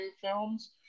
films